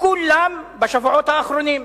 כולם בשבועות האחרונים.